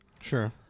Sure